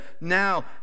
Now